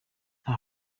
nta